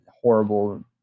horrible